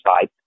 side